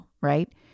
right